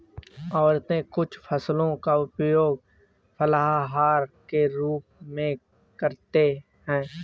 औरतें कुछ फसलों का उपयोग फलाहार के रूप में करते हैं